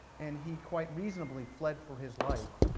and he quite reasonably fled for his life,